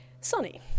sunny